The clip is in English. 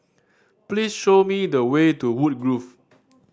please show me the way to Woodgrove